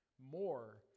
more